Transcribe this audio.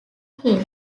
hill